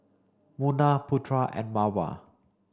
Munah Putra and Mawar